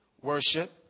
Worship